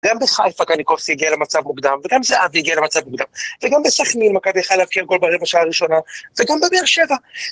גם בחיפה קניקוסי הגיע למצב מוקדם, וגם זהבי הגיע למצב מוקדם, וגם בסכנין, מכבי הצליחה להבקיע גול ברבע שעה הראשונה, וגם בבאר שבע.